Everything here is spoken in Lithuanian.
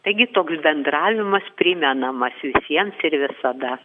taigi toks bendravimas primenamas visiems ir visada